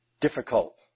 difficult